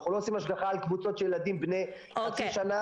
אנחנו לא עושים השגחה על קבוצות של ילדים בני חצי שנה,